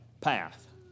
path